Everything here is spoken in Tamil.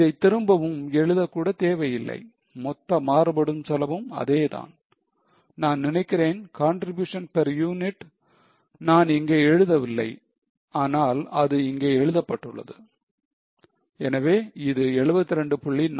அதைத் திரும்பவும் எழுத கூட தேவையில்லை மொத்த மாறுபடும் செலவும் அதேதான் நான் நினைக்கிறேன் contribution per unit நான் இங்கே எழுதவில்லை ஆனால் இது இங்கே எழுதப்பட்டுள்ளது எனவே இது 72